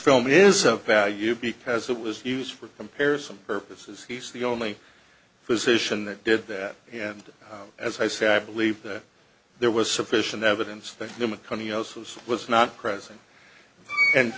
film is a value because it was used for comparison purposes he's the only physician that did that and as i say i believe that there was sufficient evidence that the macone osa was was not present and